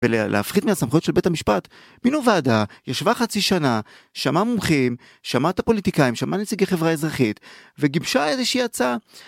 ולהפחית מהסמכויות של בית המשפט, מינו ועדה, ישבה חצי שנה, שמעה מומחים, שמעה את הפוליטיקאים, שמעה נציגי חברה אזרחית, וגיבשה איזה שהיא הצעה.